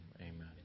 Amen